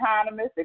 autonomous